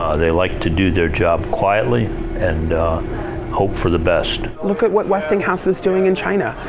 ah they like to do their job quietly and hope for the best. look at what westinghouse is doing in china.